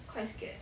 quite scared